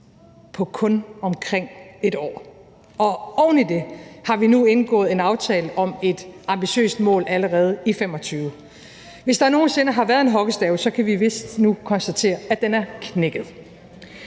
på kun omkring et år. Oven i det har vi nu indgået en aftale om et ambitiøst mål allerede i 2025. Hvis der nogen sinde har været en hockeystav, kan vi vist nu konstatere, at den er knækket.